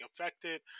affected